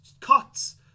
cuts